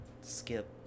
Skip